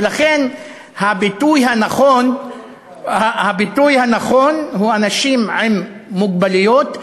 ולכן הביטוי הנכון הוא אנשים עם מוגבלויות,